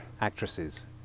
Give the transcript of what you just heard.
actresses